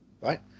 right